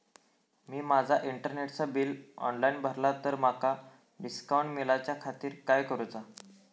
मी माजा इंटरनेटचा bill online भरला तर माका डिस्काउंट मिलाच्या खातीर काय करुचा?